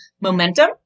momentum